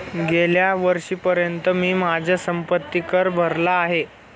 गेल्या वर्षीपर्यंत मी माझा संपत्ति कर भरला आहे